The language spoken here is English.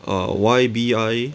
err Y B I